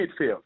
midfield